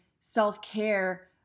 self-care